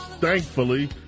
thankfully